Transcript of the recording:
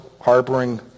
harboring